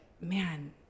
man